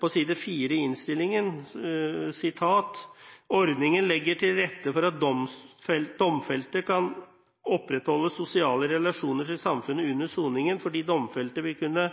På side 4 i innstillingen står det: «Ordningen legger til rette for at domfelte kan opprettholde sosiale relasjoner til samfunnet under soningen, fordi domfelte vil kunne